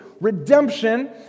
redemption